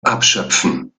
abschöpfen